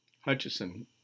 Hutchison